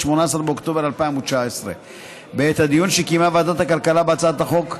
עד 18 באוקטובר 2019. בעת הדיון שקיימה ועדת הכלכלה בהצעת החוק,